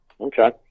okay